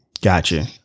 Gotcha